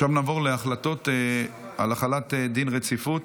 עכשיו נעבור להחלטות על החלת דין רציפות,